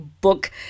book